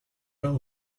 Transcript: pain